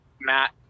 matt